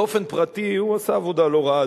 באופן פרטי הוא עשה עבודה לא רעה,